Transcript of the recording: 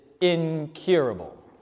incurable